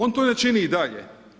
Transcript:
On to ne čini i dalje.